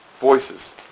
Voices